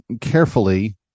carefully